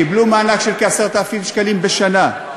קיבלו מענק של כ-10,000 שקלים בשנה,